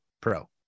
pro